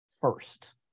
first